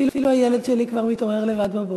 אפילו הילד שלי כבר מתעורר לבד בבוקר.